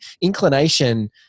inclination